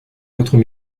autres